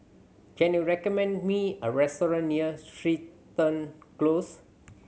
can you recommend me a restaurant near Crichton Close